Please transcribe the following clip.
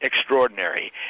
extraordinary